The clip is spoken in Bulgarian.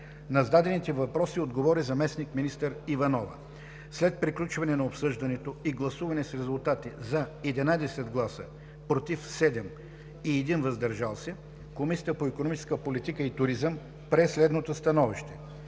На зададени въпроси отговори заместник-министър Иванова. След приключване на обсъждането и гласуване с резултати: 11 гласа „за“, 7 гласа „против“ и 1 глас „въздържал се“ Комисията по икономическа политика и туризъм прие следното становище: